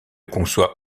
conçoit